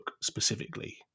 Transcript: specifically